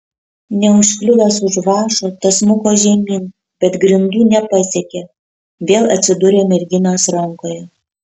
neužkliuvęs už vąšo tas smuko žemyn bet grindų nepasiekė vėl atsidūrė merginos rankoje